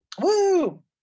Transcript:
Woo